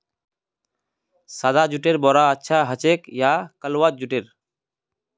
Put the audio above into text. सादा जुटेर बोरा अच्छा ह छेक या कलवा जुटेर